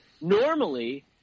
normally